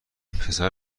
پسر